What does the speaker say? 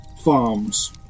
farms